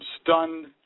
stunned